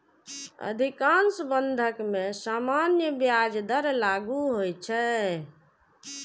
अधिकांश बंधक मे सामान्य ब्याज दर लागू होइ छै